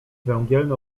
węgielny